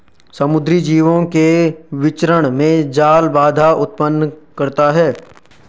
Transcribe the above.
समुद्री जीवों के विचरण में जाल बाधा उत्पन्न करता है